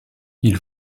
ils